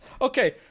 okay